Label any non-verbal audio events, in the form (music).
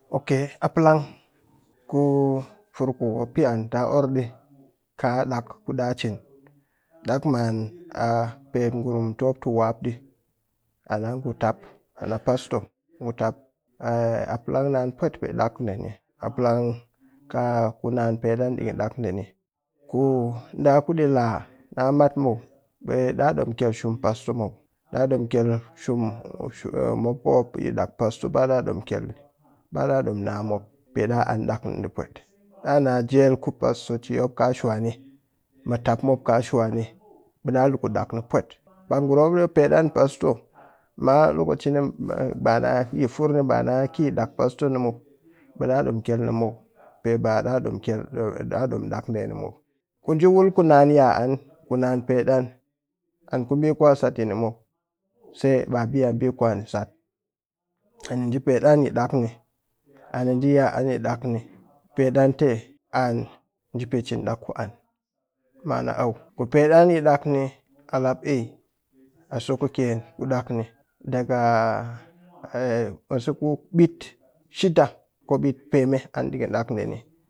(unintelligible) a palang, ku fur ku kɨ pe an a orr ɗii ka ɗaak ku ɗaa cin ɗak man aa pet ngurum t;i mop tuuwap ɗii ɗang ngutap an pasto ngutap (hesitation) a palang naan pwet pe ɗaak ɗeeni a palang ni kaa ku naan pet an pe ɗikɨn ɗaakɗe ni. ku ɗɨ a kuɗii laa na mat muw ɓe ɗaa ɗom kyel shum pastor muw ɗaa ɗom kyel shum mop kumop ɗaak pastor ba ɗaa ɗom kyel ni ba ɗaa ɗom na mop pe ɗaa ann ɗaak niɗii pwet ɗa na jel ku pastorci mop kaa shwani mutap mop kaa shwani, b'e ɗaa lukut ɗaakni pak ngurum mop ɗii pet an pastor ma lokacini yi furni ma bana ki ɗaak pastor ni muw ɓe ɗaa ɗom kyel muw, pe ba ɗaa ɗom kyel ɗaa ɗom ɗaak ɗe muw ku njiwul ku naan ya naan pet an, an kuɓii ku'a sat yini muw se ɓa ɓi'a ɓii ku'ani sat. Ani nji pet an yi ɗaak ni ani nji ya an pet an an njii pe cin ɗaak ku an man ɓa auo, ku pet an yi ɗaak ni alap ai asokɨkyen ku ɗaakni daga (hesitation) mwase ku ɓit shida ko ɓit peme an pe ɗikɨn ɗaak ɗeeni.